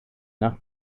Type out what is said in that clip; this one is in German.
nach